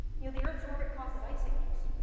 yeah the earth's orbit causes ice ages.